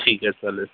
ठीक आहे चालेल